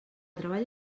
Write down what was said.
treball